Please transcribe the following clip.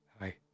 Hi